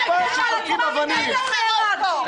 שזורקים אבנים.